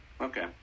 okay